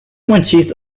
twentieth